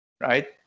right